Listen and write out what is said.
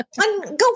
go